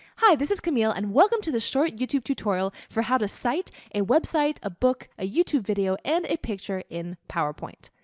hi, this is camille and welcome to this short youtube tutorial for how to cite a website, a book, a youtube video, and a picture in powerpoint.